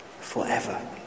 forever